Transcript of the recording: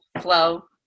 flow